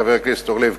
חבר הכנסת אורלב,